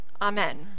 Amen